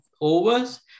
overs